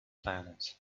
planet